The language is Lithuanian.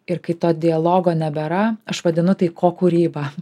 ir kai to dialogo nebėra aš vadinu tai ko kūryba